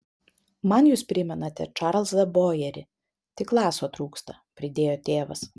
man jūs primenate čarlzą bojerį tik laso trūksta pridėjo tėvas